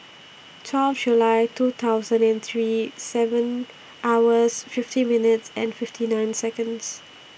twelve July two thousand and three seven hours fifty minutes fifty nine Seconds